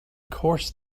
course